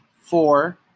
four